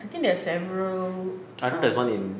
I think there are several um